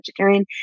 vegetarian